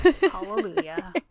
Hallelujah